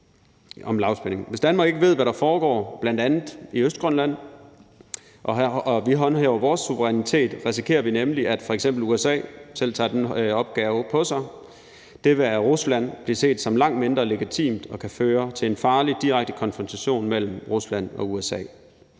Hvis Danmark ikke ved, hvad der foregår, bl.a. i Østgrønland, og hvis ikke vi håndhæver vores suverænitet, risikerer vi nemlig, at f.eks. USA selv tager den opgave på sig. Det vil af Rusland blive set som langt mindre legitimt og kan føre til en farlig direkte konfrontation mellem Rusland og USA.